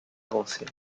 avancée